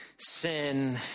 sin